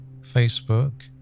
Facebook